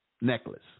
necklace